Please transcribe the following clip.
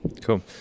Cool